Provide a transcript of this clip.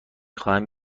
خواهم